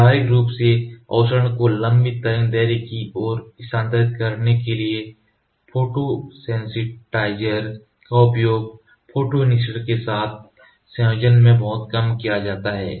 व्यावहारिक रूप से अवशोषण को लम्बी तरंग दैर्ध्य की ओर स्थानांतरित करने के लिए फोटोसेंसिटाइज़र का उपयोग फोटोइनिशीऐटर के साथ संयोजन में बहुत कम किया जाता है